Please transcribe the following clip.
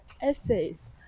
essays